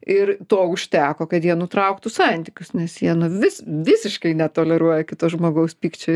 ir to užteko kad jie nutrauktų santykius nes jie vis visiškai netoleruoja kito žmogaus pykčio